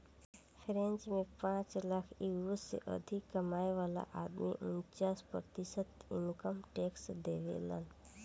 French में पांच lakh euro से अधिक कमाए वाला आदमी उनन्चास प्रतिशत इनकम टैक्स देबेलन